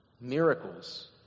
miracles